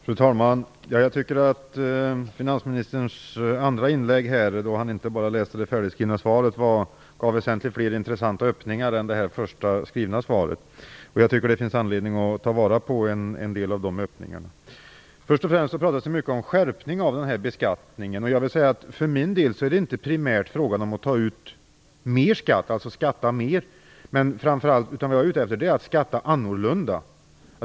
Fru talman! Jag tycker att finansministerns andra inlägg, då han inte bara läste upp det färdigskrivna svaret, gav väsentligt flera intressanta öppningar än det första, skrivna svaret. Jag tycker att det finns anledning att ta vara på en del av de öppningarna. Först och främst talas det mycket om skärpning av den här beskattningen. För min del är det inte primärt fråga om att ta ut mer skatt. Jag är i stället ute efter att man skall skatta annorlunda.